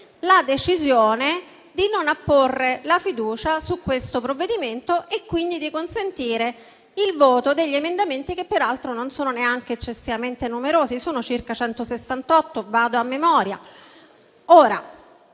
la decisione di non apporre la fiducia su questo provvedimento e quindi di consentire il voto degli emendamenti, che peraltro non sono neanche eccessivamente numerosi (circa 168). Gli